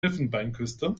elfenbeinküste